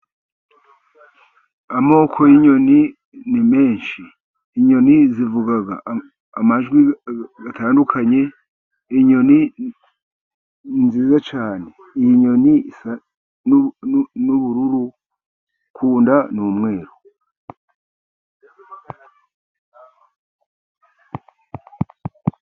Amoko y'inyoni ni menshi, inyoni zivuga amajwi atandukanye, inyoni ni nziza cyane, iyi nyoni isa n'ubururu kunda ni umweru.